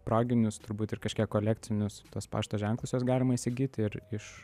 proginius turbūt ir kažkiek kolekcinius tuos pašto ženklus juos galima įsigyti ir iš